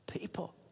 people